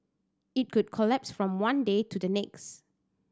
it could collapse from one day to the next